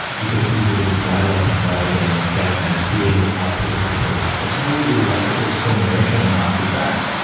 because she was able to dial up and dial down down that creative output, and the ability to focus so through electrical stimulation, not feedback?